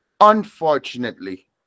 unfortunately